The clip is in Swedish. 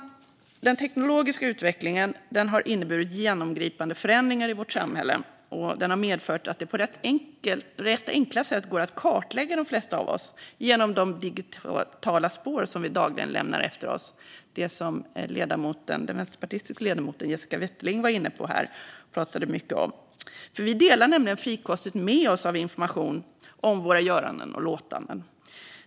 Den teknologiska utvecklingen har inneburit genomgripande förändringar i vårt samhälle och medfört att det på rätt enkla sätt går att kartlägga de flesta av oss genom de digitala spår vi dagligen lämnar efter oss. Den vänsterpartistiska ledamoten Jessica Wetterling pratade mycket om detta. Vi delar nämligen frikostigt med oss av information om våra göranden och låtanden.